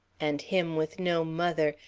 and him with no mother.